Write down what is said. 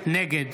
נגד